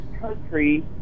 country